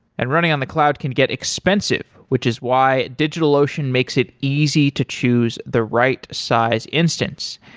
and running on the cloud can get expensive, which is why digitalocean makes it easy to choose the right size instance.